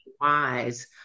wise